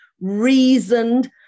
reasoned